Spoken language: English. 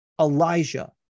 elijah